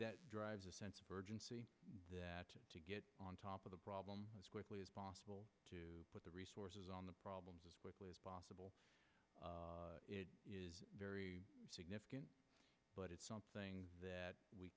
that drives a sense of urgency to get on top of the problem as quickly as possible to put the resources on the problems quickly as possible is very significant but it's something that we